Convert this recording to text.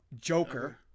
Joker